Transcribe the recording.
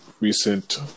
recent